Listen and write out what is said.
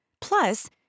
Plus